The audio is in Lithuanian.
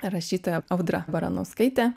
rašytoja audra baranauskaite